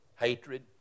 Hatred